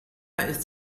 ist